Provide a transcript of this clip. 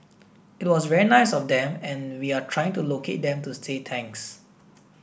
it was very nice of them and we are trying to locate them to say thanks